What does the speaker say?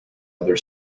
other